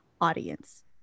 audience